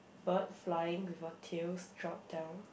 bird flying with a tails drop down